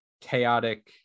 chaotic